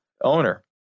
owner